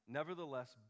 Nevertheless